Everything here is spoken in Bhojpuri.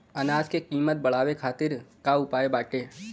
अनाज क कीमत बढ़ावे खातिर का उपाय बाटे?